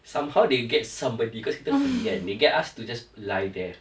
somehow they get somebody cause kita free kan they get us to just lie there